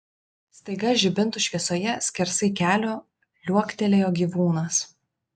staiga žibintų šviesoje skersai kelio liuoktelėjo gyvūnas